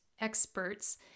experts